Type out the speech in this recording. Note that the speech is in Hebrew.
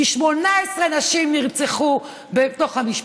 כי 18 נשים נרצחו בתוך המשפחה,